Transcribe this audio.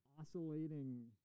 oscillating